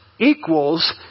Equals